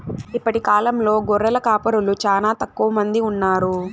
ఇప్పటి కాలంలో గొర్రెల కాపరులు చానా తక్కువ మంది ఉన్నారు